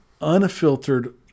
unfiltered